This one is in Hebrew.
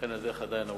לכן הדרך עדיין ארוכה.